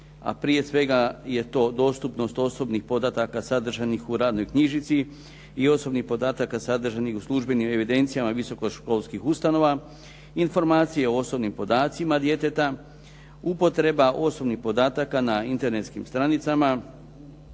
a prije svega je to dostupnost osobnih podataka sadržanih u radnoj knjižici i osobnih podataka sadržanih u službenim evidencijama visoko školskih ustanovama, informacije o osobnim podacima djeteta, upotreba osobnih podataka na internetskim stranicama,